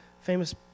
famous